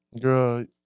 Girl